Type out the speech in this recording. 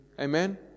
Amen